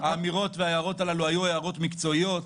האמירות וההערות הללו היו הערות מקצועיות.